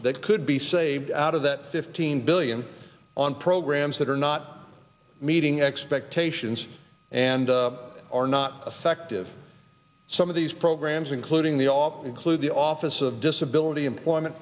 that could be saved out of that fifteen billion on programs that are not meeting expectations and are not effective some of these programs including the all include the office of disability employment